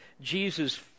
Jesus